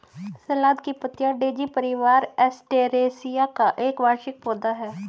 सलाद की पत्तियाँ डेज़ी परिवार, एस्टेरेसिया का एक वार्षिक पौधा है